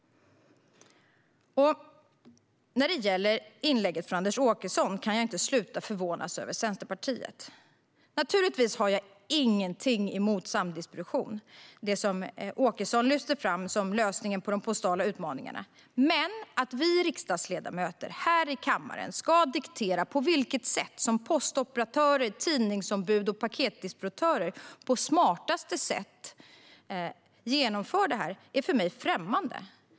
När det gäller inlägget från Anders Åkesson kan jag inte sluta förvånas över Centerpartiet. Naturligtvis har jag ingenting emot samdistribution, det som Åkesson lyfter fram som lösningen för de postala utmaningarna. Men att vi riksdagsledamöter här i kammaren ska diktera på vilket sätt postoperatörer, tidningsombud och paketdistributörer på smartaste sätt ska genomföra detta är för mig främmande.